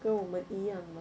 跟我们一样